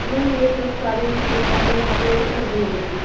तो मैम यह सब सारी सुविधाएं हमें वहाँ पर उपलब्ध मिलेंगी